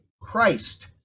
Christ